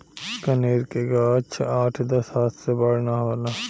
कनेर के गाछ आठ दस हाथ से बड़ ना होला